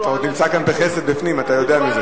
אתה עוד נמצא כאן בחסד בפנים, אתה יודע מזה.